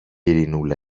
ειρηνούλα